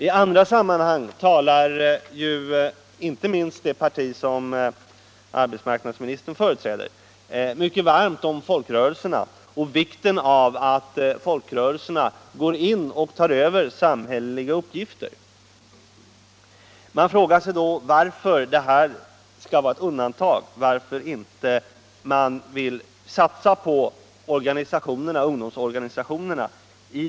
I andra sammanhang talar inte minst det parti som arbetsmarknadsministern företräder mycket varmt om folkrörelserna och om vikten av att dessa går in i och tar över samhälleliga uppgifter. Man frågar sig då varför detta fall skall vara ett undantag och varför han inte här vill satsa på ungdomsorganisationerna.